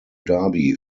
dhabi